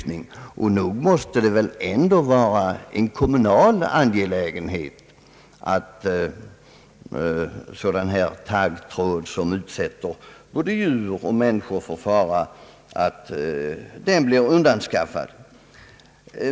Nog måste det väl ändå vara en kommunal angelägenhet att sådan här taggtråd, som utsätter både djur och människor för fara, blir undanskaffad.